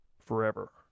forever